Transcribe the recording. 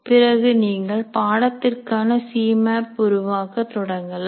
பிறகு நீங்கள் பாடத்திற்கான சிமேப் உருவாக்க தொடங்கலாம்